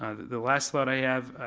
ah the last thought i have.